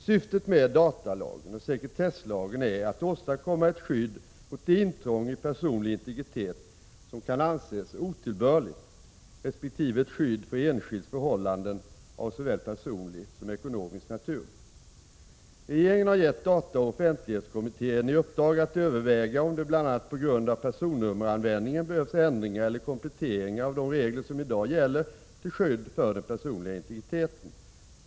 Syftet med datalagen och sekretesslagen är att åstadkomma ett skydd mot det intrång i personlig integritet som kan anses otillbörligt resp. ett skydd för enskilds förhållanden av såväl personlig som ekonomisk natur. Regeringen har gett dataoch offentlighetskommittén i uppdrag att överväga om det bl.a. på grund av personnummeranvändningen behövs ändringar eller kompletteringar av de regler som i dag gäller till skydd för den personliga integriteten.